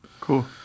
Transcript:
Cool